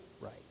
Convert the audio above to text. right